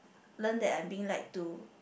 learn that I'm being lied to